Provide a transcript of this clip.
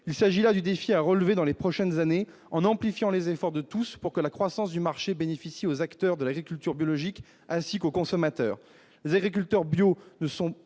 il s'agit là du défi à relever dans les prochaines années en amplifiant les efforts de tous pour que la croissance du marché bénéficie aux acteurs de l'agriculture biologique, ainsi qu'aux consommateurs, les agriculteurs bio ne sont,